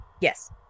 Yes